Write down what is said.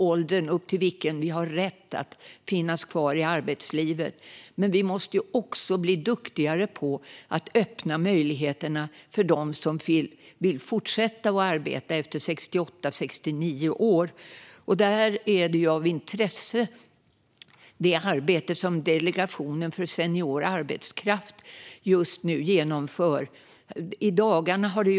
Åldern till vilken vi har rätt att finnas kvar i arbetslivet har höjts, men vi måste också bli duktigare på att göra det möjligt för dem som vill fortsätta att arbeta efter 68-69 års ålder. Det arbete som Delegationen för senior arbetskraft genomför är av intresse.